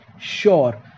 sure